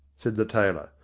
said the tailor,